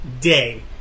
day